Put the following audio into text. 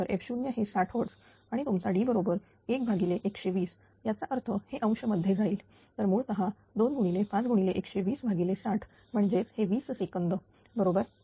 तर f0 हे 60 Hz आणि तुमचा D बरोबर 1120 त्याचा अर्थ हे अंश मध्ये जाईल तर मुळतः 2512060म्हणजेच हे 20 सेकंद बरोबर